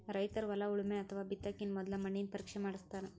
ರೈತರ್ ಹೊಲ ಉಳಮೆ ಅಥವಾ ಬಿತ್ತಕಿನ ಮೊದ್ಲ ಮಣ್ಣಿನ ಪರೀಕ್ಷೆ ಮಾಡಸ್ತಾರ್